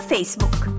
Facebook